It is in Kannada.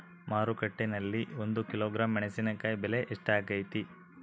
ಮಾರುಕಟ್ಟೆನಲ್ಲಿ ಒಂದು ಕಿಲೋಗ್ರಾಂ ಮೆಣಸಿನಕಾಯಿ ಬೆಲೆ ಎಷ್ಟಾಗೈತೆ?